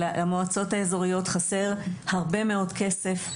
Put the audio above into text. למועצות האזוריות חסר הרבה מאוד כסף,